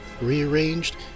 rearranged